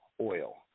oil